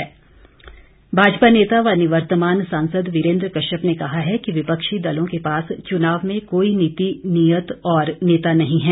कश्यप भारद्वाज भाजपा नेता व निवर्तमान सांसद वीरेंद्र कश्यप ने कहा है कि विपक्षी दलों के पास चुनाव में कोई नीति नीयत और नेता नहीं है